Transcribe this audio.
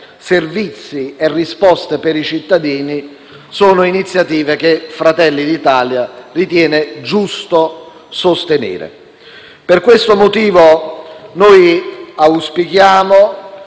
servizi e risposte per i cittadini, Fratelli d'Italia ritiene giusto sostenere. Per questo motivo noi auspichiamo